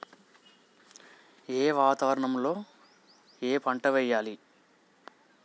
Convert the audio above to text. ఏ వాతావరణం లో ఏ పంట వెయ్యాలి?